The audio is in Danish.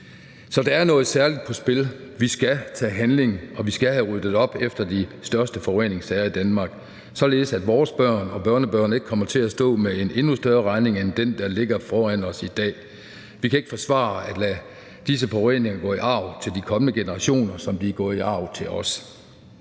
Så der er noget særligt på spil. Vi skal tage handling, og vi skal have ryddet op efter de største forureningssager i Danmark, således at vores børn og børnebørn ikke kommer til at stå med en endnu større regning end den, der ligger foran os i dag. Vi kan ikke forsvare at lade disse forureninger gå i arv til de kommende generationer, som de er gået i arv til os.